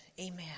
amen